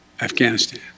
Afghanistan